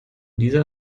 dieser